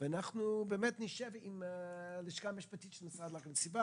בשמירה על הסביבה,